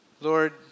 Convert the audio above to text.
Lord